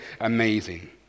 amazing